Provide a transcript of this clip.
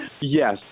Yes